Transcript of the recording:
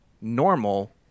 normal